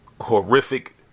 horrific